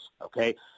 okay